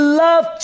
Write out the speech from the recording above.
love